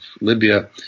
Libya